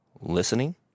listening